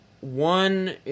One